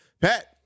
Pat